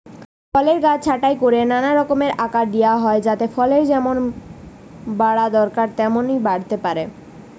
ফলের গাছ ছাঁটাই কোরে নানা রকম আকার দিয়া হয় যাতে ফলের যেমন বাড়া দরকার তেমন বাড়তে পারে